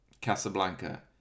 Casablanca